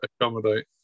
accommodate